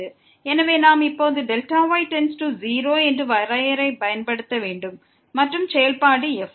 எனவே நாம் இப்போது Δy→0 என்று வரையறையை பயன்படுத்த வேண்டும் மற்றும் செயல்பாடு f